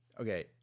Okay